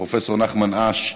לפרופ' נחמן אש,